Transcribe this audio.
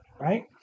right